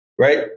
Right